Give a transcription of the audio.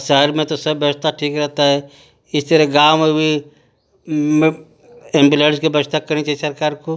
शहर में तो सब व्यवस्था ठीक रहता है इस तरह गाँव में भी एम्बुलर्स की व्यवस्था करनी चाहिए सरकार को